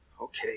Okay